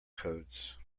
codes